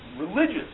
religious